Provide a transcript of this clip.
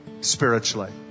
spiritually